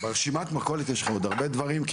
ברשימת המכולת יש לך עוד הרבה דברים?